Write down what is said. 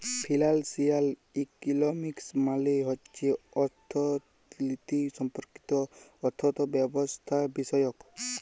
financial economics মালে হছে অথ্থলিতি সম্পর্কিত অথ্থব্যবস্থাবিষয়ক